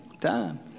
time